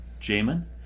Jamin